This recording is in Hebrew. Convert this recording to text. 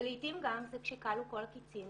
ולעתים גם זה כשכלו כל הקיצים